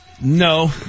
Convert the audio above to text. No